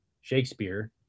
Shakespeare